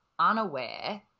unaware